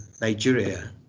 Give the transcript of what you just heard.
Nigeria